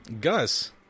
Gus